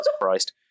Christ